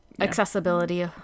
accessibility